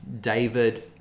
David